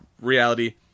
reality